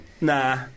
nah